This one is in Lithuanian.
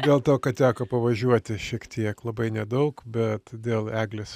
dėl to kad teko pavažiuoti šiek tiek labai nedaug bet dėl eglės